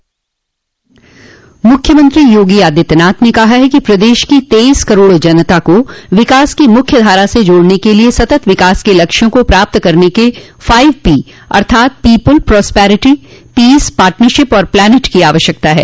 मुख्यमंत्री योगी आदित्यनाथ ने कहा है कि प्रदेश की तेईस करोड़ जनता को विकास की मुख्य धारा से जोड़ने के लिये सतत विकास के लक्ष्यों को प्राप्त करने के लिये फाइव पी अर्थात पीपुल प्रोसपैरिटी पीस पार्टनरशिप और प्लानेट की आवश्यकता है